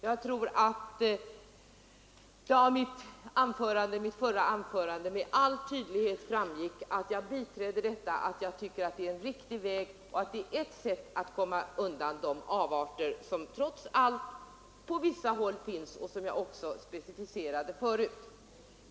Jag tror att det av mitt förra anförande med all tydlighet framgick att jag biträder detta, att jag tycker att det är en riktig väg och att det är ett sätt att komma undan de avarter som trots allt på vissa håll finns och som jag även specificerade förut.